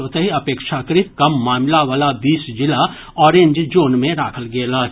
ओतहि अपेक्षाकृत कम मामिला वला बीस जिला ऑरेंज जोन मे राखल गेल अछि